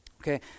Okay